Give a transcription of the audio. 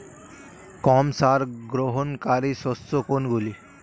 কম সার গ্রহণকারী শস্য কোনগুলি?